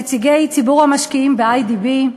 נציגי ציבור המשקיעים ב"איי.די.בי"